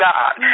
God